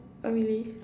oh really